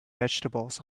vegetables